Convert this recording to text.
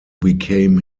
became